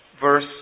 verse